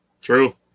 True